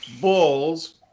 Bulls